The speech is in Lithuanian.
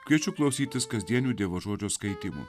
kviečiu klausytis kasdienių dievo žodžio skaitymų